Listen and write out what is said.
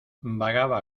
vagaba